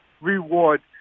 reward